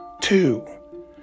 two